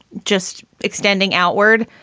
just extending outward.